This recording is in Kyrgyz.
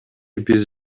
биз